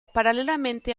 paralelamente